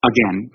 Again